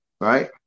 right